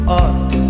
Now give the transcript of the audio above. art